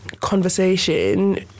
conversation